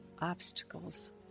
Obstacles